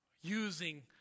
using